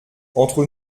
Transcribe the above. entre